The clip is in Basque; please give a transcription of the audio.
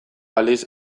aldiz